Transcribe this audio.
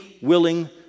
willing